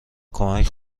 کمک